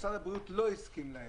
משרד הבריאות לא הסכים להם.